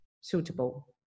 suitable